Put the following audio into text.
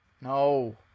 No